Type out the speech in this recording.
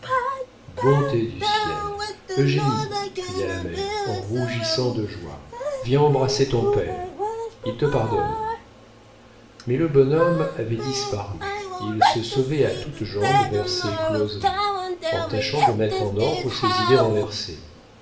bonté du ciel eugénie cria la mère en rougissant de joie viens embrasser ton père il te pardonne mais le bonhomme avait disparu il se sauvait à toutes jambes vers ses closeries en tâchant de mettre en ordre ses idées renversées